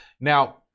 Now